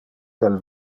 del